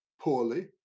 poorly